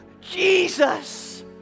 Jesus